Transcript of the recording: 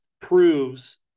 proves